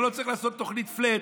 אתה לא צריך לעשות תוכנית פלאט,